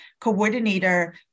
coordinator